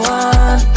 one